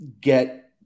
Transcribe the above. get